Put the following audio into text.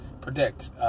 predict